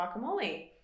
guacamole